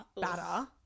Batter